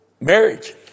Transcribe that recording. marriage